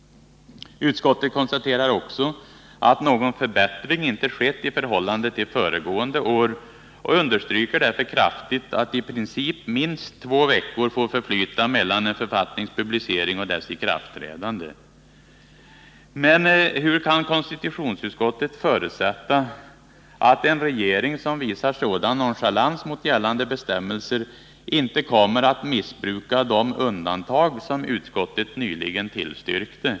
Utskottet konstaterar också att någon förbättring inte skett i förhållande till föregående år och understryker därför kraftigt att i princip minst två veckor får förflyta mellan en författnings publicering och dess ikraftträdande. Men hur kan konstitutionsutskottet förutsätta att en regering som visar sådan nonchalans mot gällande bestämmelser inte kommer att missbruka de undantag som utskottet nyligen tillstyrkte?